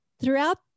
throughout